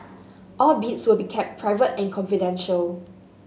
all bids will be kept private and confidential